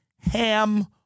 ham